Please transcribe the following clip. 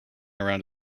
around